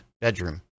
bedroom